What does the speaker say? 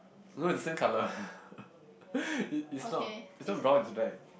although is the same colour it is not is not brown it's black